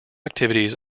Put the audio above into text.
activities